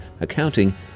accounting